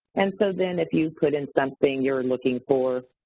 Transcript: and so then, if you put in something you're and looking for,